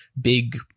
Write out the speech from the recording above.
big